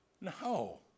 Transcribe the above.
No